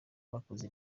bakoze